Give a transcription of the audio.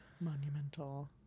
Monumental